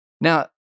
Now